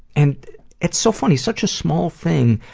and it's so funny, such a small thing,